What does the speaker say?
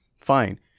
fine